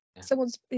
Someone's